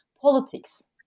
politics